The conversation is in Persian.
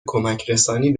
کمکرسانی